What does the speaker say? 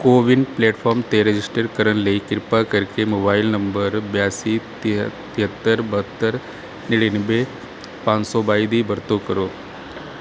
CoWIN platform 'ਤੇ register ਕਰਨ ਲਈ ਕਿਰਪਾ ਕਰਕੇ ਮੋਬਾਈਲ ਨੰਬਰ ਬਿਆਸੀ ਤੇਹੱਤਰ ਬਹੱਤਰ ਨੜ੍ਹਿਨਵੇਂ ਪੰਜ ਸੌ ਬਾਈ ਦੀ ਵਰਤੋਂ ਕਰੋ